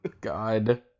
god